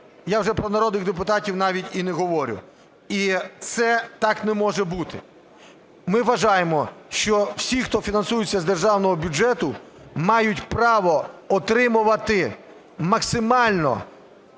я вже про народних депутатів навіть і не говорю. І це так не може бути. Ми вважаємо, що всі, хто фінансуються з державного бюджету, мають право отримувати максимально